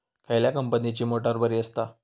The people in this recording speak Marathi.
खयल्या कंपनीची मोटार बरी असता?